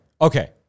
okay